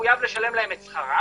מחויב לשלם להם את שכרם,